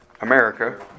America